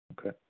Okay